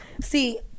See